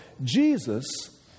Jesus